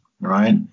Right